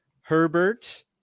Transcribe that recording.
Herbert